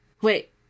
Wait